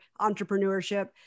entrepreneurship